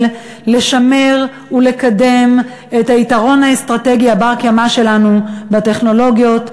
לשמר ולקדם את היתרון האסטרטגי הבר-קיימא שלנו בטכנולוגיות,